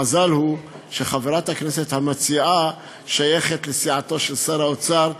המזל הוא שחברת הכנסת המציעה שייכת לסיעתו של שר האוצר,